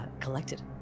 collected